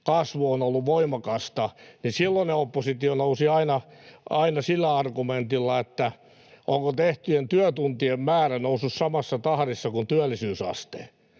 kasvu on ollut voimakasta, niin silloinen oppositio nousi aina sillä argumentilla, että onko tehtyjen työtuntien määrä noussut samassa tahdissa kuin työllisyysaste.